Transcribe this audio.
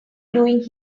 doing